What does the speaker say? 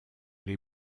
les